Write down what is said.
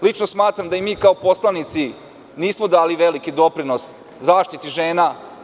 Lično smatram da i mi kao poslanici nismo dali veliki doprinos zaštiti žena.